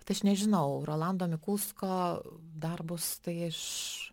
vat aš nežinau rolando mikulsko darbus tai aš